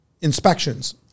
inspections